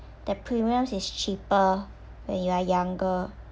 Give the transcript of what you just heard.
the premiums is cheaper when you are younger